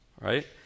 Right